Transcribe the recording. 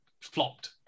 flopped